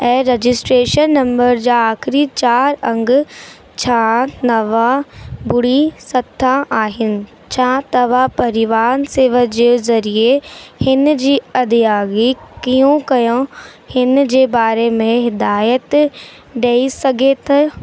registration number जा आख़िरी चार अङ छह नव ॿुड़ी सत आहिनि छा तव्हां परिवहन सेवा जे ज़रिए हिन जी अदायगी करियूं करियां हिन जे बारे में हिदायत ॾेई सघे थो